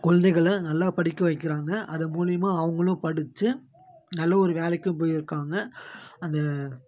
குழந்தைகள நல்லா படிக்க வைக்கிறாங்க அது மூலியமாக அவங்களும் படித்து நல்ல ஒரு வேலைக்கும் போய்ருக்காங்க அந்த